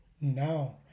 now